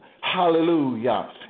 Hallelujah